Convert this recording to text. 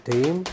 Team